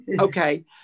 okay